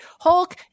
Hulk